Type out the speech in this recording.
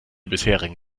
bisherigen